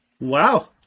Wow